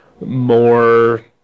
more